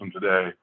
today